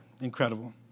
Incredible